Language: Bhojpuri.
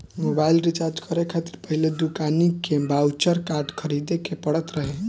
मोबाइल रिचार्ज करे खातिर पहिले दुकानी के बाउचर कार्ड खरीदे के पड़त रहे